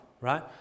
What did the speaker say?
Right